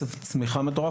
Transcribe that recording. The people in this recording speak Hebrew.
צמחיה מטורף,